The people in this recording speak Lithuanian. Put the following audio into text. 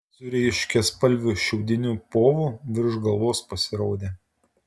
su ryškiaspalviu šiaudiniu povu virš galvos pasirodė